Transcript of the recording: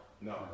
No